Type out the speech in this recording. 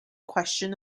question